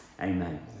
Amen